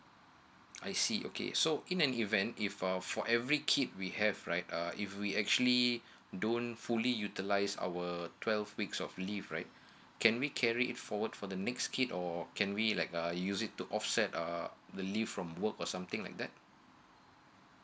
I see okay so in an event if for every kid we have right uh if we actually don't fully utilize our twelve weeks of leave right can we carried forward for the next kid or can we like uh use it to offset uh the leave from work or something like that